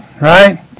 right